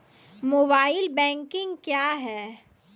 Mobile banking क्या हैं?